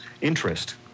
interest